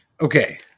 Okay